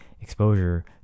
exposure